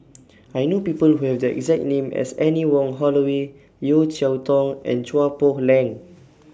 I know People Who Have The exact name as Anne Wong Holloway Yeo Cheow Tong and Chua Poh Leng